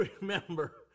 remember